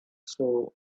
soul